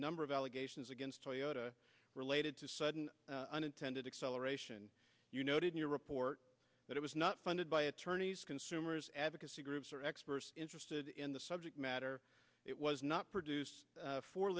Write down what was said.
number of allegations against toyota related to sudden unintended acceleration you noted in your report but it was not funded by attorneys consumers advocacy groups or experts interested in the subject matter it was not produced for